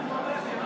האחריות,